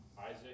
Isaac